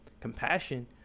compassion